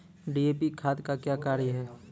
DAP खाद का क्या कार्य हैं?